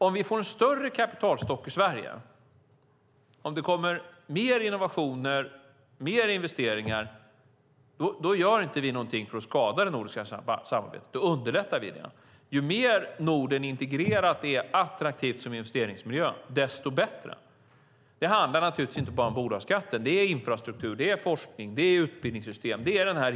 Om vi får en större kapitalstock i Sverige, om det kommer mer innovationer och mer investeringar gör vi inte någonting för att skada det nordiska samarbetet. Då underlättar vi det. Ju mer integrerad och attraktiv Norden är som investeringsmiljö, desto bättre är det. Det handlar naturligtvis inte bara om bolagskatten, utan det handlar också om infrastruktur, forskning, utbildningssystem.